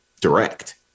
direct